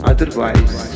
Otherwise